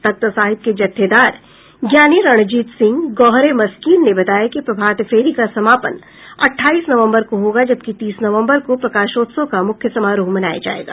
तख्त साहिब के जत्थेदार ज्ञानी रणजीत सिंह गौहर ए मस्कीन ने बताया कि प्रभात फेरी का समापन अट्ठाईस नवम्बर को होगा जबकि तीस नवम्बर को प्रकाशोत्सव का मुख्य समारोह मनाया जायेगा